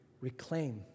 reclaim